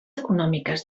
econòmiques